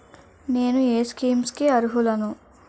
నేను ఏ స్కీమ్స్ కి అరుహులను?